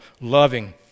loving